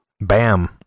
bam